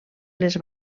les